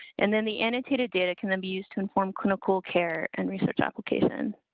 and then the annotated data can, then be used to inform clinical care and research application.